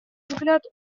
взгляд